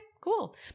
cool